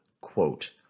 quote